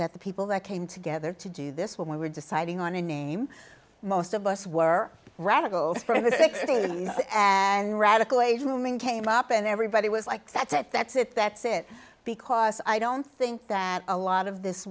that the people that came together to do this when we were deciding on a name most of us were radicals and radical age women came up and everybody was like that's it that's it that's it because i don't think that a lot of this